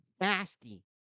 nasty